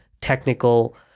technical